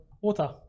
water